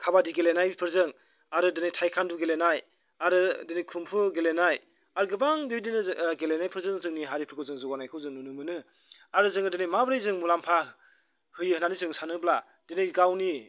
खाबादि गेलेनायफोरजों आरो टाइख्वान्द' गेलेनाय आरो दिनै खम्फु गेलेनाय आरो गोबां बेबायदिनो गेलेनाय गेलेनायफोरजों जोंनि हारिफोरखौ जों जौगानायखौ जों नुनो मोनो आरो जोङो दिनै माबोरै जों मुलाम्फा होयो होन्नानै जों सानोब्ला दिनै गावनि